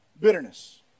bitterness